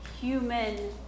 human